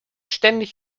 ständig